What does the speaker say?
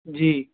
जी